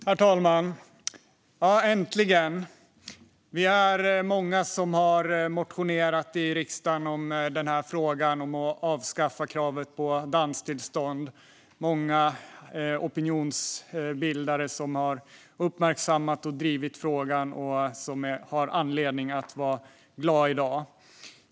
Herr talman! Äntligen! Vi är många som har motionerat i riksdagen i frågan om att avskaffa kravet på danstillstånd och många opinionsbildare som har uppmärksammat och drivit frågan och har anledning att vara glada i dag.